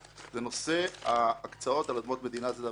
נושא ההקצאות על אדמות מדינה זה דבר ראשון.